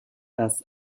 das